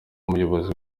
umuyobozi